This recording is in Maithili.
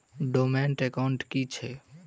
डोर्मेंट एकाउंट की छैक?